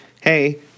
hey